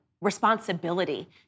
Responsibility